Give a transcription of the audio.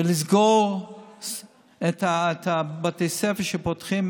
ולסגור את בתי הספר שפותחים,